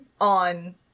on